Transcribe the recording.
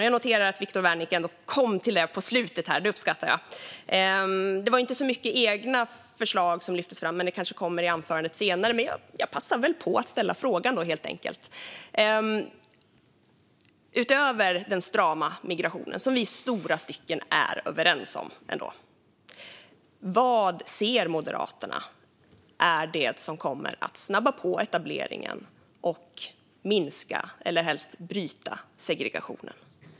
Jag noterar att Viktor Wärnick ändå kom till detta på slutet. Det uppskattar jag. Det var ju inte så mycket egna förslag som lyftes fram, men det kanske kommer i anförandet senare. Men jag passar väl på att ställa frågan helt enkelt: Utöver den strama migrationen, som vi i stora stycken är överens om, vad ser Moderaterna är det som kommer att snabba på etableringen och minska eller helst bryta segregationen?